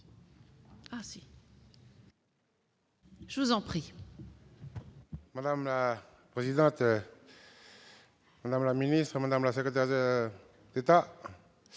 Madame la présidente, madame la ministre, madame la secrétaire d'État,